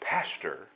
Pastor